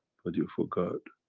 but you forgot,